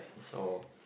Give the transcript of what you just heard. so